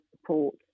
support